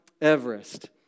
Everest